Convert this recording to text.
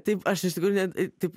taip aš iš tikrųjų net taip